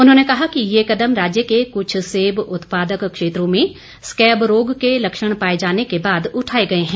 उन्होंने कहा कि ये कदम राज्य के कुछ सेब उत्पादक क्षेत्रों में स्कैब रोग के लक्षण पाए जाने के बाद उठाए गए हैं